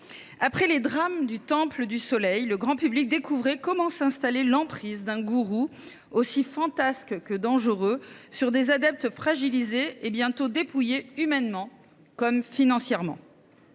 Après les drames de l’Ordre du temple solaire, le grand public découvrait comment s’installait l’emprise d’un gourou aussi fantasque que dangereux sur des adeptes fragilisés et bientôt dépouillés, humainement comme financièrement.